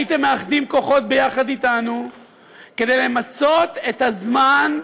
הייתם מאחדים כוחות ביחד אתנו כדי למצות את הזמן,